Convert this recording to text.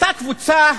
אותה קבוצה